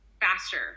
faster